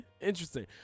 Interesting